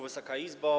Wysoka Izbo!